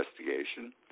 investigation